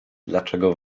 dlaczego